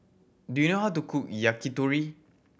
do you know how to cook Yakitori